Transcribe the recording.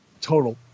total